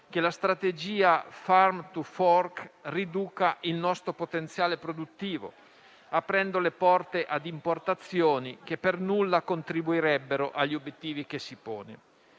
che la strategia Farm to fork riduca il nostro potenziale produttivo, aprendo le porte a importazioni che per nulla contribuirebbero agli obiettivi che si pone.